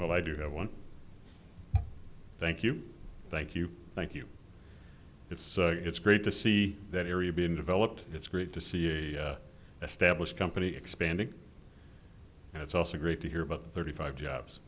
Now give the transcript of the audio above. but i do have one thank you thank you thank you it's it's great to see that area being developed it's great to see a established company expanding and it's also great to hear about thirty five jobs